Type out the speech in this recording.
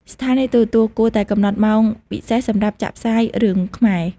ស្ថានីយទូរទស្សន៍គួរតែកំណត់ម៉ោងពិសេសសម្រាប់ចាក់ផ្សាយរឿងខ្មែរ។